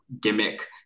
gimmick